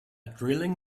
drilling